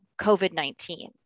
COVID-19